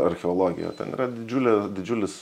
archeologija ten yra didžiulė didžiulis